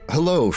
Hello